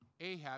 Ahab